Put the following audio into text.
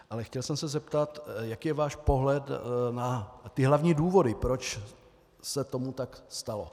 Ale chtěl jsem se zeptat, jaký je váš pohled na ty hlavní důvody, proč se tomu tak stalo.